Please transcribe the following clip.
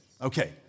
Okay